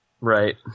Right